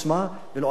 ולא אקט של חולשה.